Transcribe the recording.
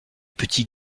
petits